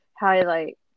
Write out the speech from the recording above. highlight